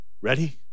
Ready